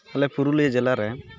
ᱟᱞᱮ ᱯᱩᱨᱩᱞᱤᱭᱟᱹ ᱡᱮᱞᱟ ᱨᱮ